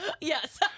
Yes